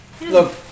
Look